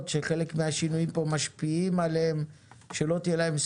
היושב-ראש, שאתה זה שמנהל את